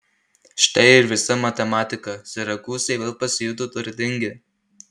štai ir visa matematika sirakūzai vėl pasijuto turtingi